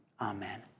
Amen